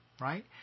right